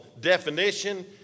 definition